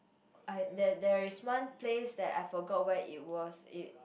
I there there is one place that I forgot where it was it